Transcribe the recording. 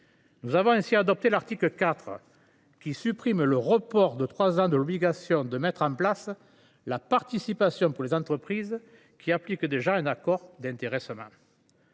Nous avons ainsi adopté l’article 4, qui prévoit de supprimer le report de trois ans de l’obligation de mettre en place la participation pour les entreprises appliquant déjà un accord d’intéressement.